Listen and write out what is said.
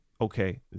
okay